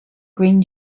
green